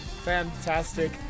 fantastic